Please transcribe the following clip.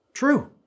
true